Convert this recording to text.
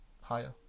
Higher